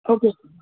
okay sir